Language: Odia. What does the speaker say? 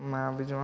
ମା' ବି ଜମା